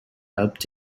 helped